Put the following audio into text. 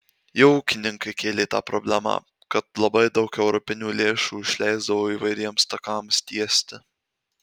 jau ūkininkai kėlė tą problemą kad labai daug europinių lėšų išleisdavo įvairiems takams tiesti